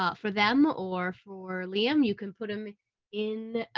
ah for them or for liam you can put them in, ah,